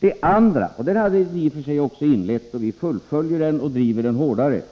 Det andra är en effektivisering av den offentliga verksamheten — sparsamhet i vanlig, gammaldags mening.